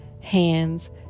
hands